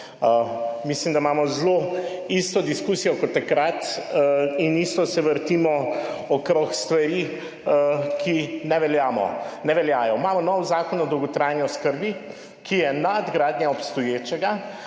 Mislim da imamo zelo isto diskusijo kot takrat in isto se vrtimo okrog stvari, ki ne veljajo. Imamo nov Zakon o dolgotrajni oskrbi, ki je nadgradnja obstoječega,